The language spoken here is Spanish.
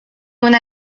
una